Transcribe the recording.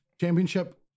Championship